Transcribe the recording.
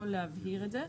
או להבהיר את זה.